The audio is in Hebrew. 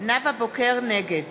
נגד